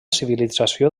civilització